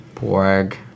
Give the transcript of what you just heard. Borg